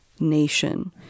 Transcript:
nation